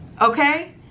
Okay